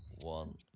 one